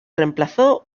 reemplazó